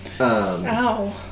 Ow